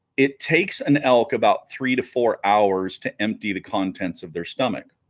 it takes an elk about three to four hours to empty the contents of their stomach